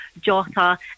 Jota